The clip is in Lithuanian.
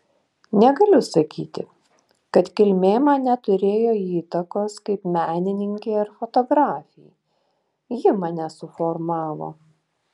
negaliu sakyti kad kilmė man neturėjo įtakos kaip menininkei ar fotografei ji mane suformavo